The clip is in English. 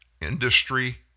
industry